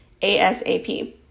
ASAP